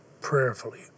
prayerfully